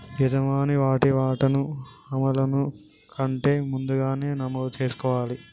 యజమాని వాటి వాటాను అమలును కంటే ముందుగానే నమోదు చేసుకోవాలి